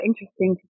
interesting